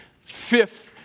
Fifth